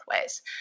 ways